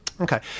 Okay